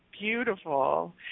Beautiful